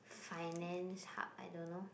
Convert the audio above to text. finance hub I don't know